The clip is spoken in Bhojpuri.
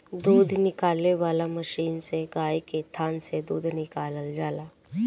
दूध निकाले वाला मशीन से गाय के थान से दूध निकालल जाला